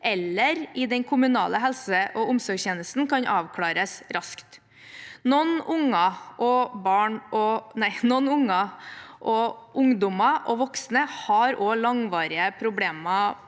eller i den kommunale helse- og omsorgstjenesten kan avklares raskt. Noen barn, ungdommer og voksne har også langvarige problemer,